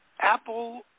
Apple